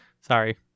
sorry